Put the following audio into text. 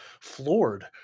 floored